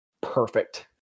perfect